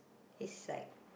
he's like